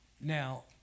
Now